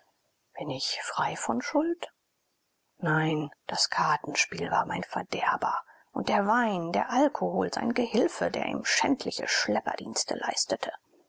bin ich frei von schuld nein das kartenspiel war mein verderber und der wein der alkohol sein gehilfe der ihm schändliche schlepperdienste leistete